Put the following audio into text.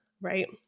right